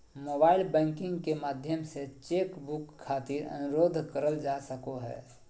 mobile banking के माध्यम से चेक बुक खातिर अनुरोध करल जा सको हय